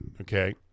Okay